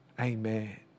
Amen